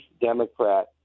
Democrat